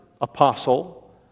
apostle